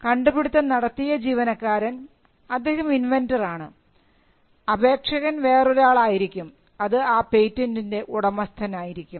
കണ്ടുപിടുത്തം നടത്തിയ ജീവനക്കാരൻ അദ്ദേഹം ഇൻവെൻററാണ് അപേക്ഷകൻ വേറൊരാൾ ആയിരിക്കും അത് ആ പേറ്റന്റിൻറെ ഉടമസ്ഥൻ ആയിരിക്കും